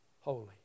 holy